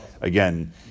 again